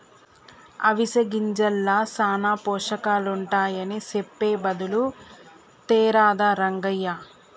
అవిసె గింజల్ల సానా పోషకాలుంటాయని సెప్పె బదులు తేరాదా రంగయ్య